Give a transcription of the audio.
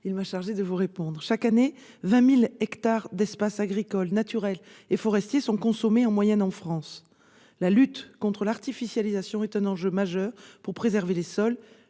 il m'a chargée de vous répondre. Chaque année, ce sont en moyenne 20 000 hectares d'espaces agricoles, naturels et forestiers qui sont consommés en France. La lutte contre l'artificialisation est un enjeu majeur pour préserver les sols,